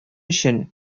өчен